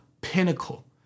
pinnacle